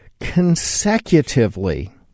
consecutively